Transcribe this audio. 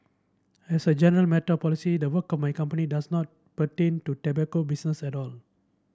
as a general matter of policy the work my company does not pertain to tobacco business at all